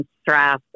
stress